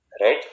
right